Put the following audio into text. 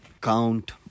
count